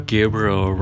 Gabriel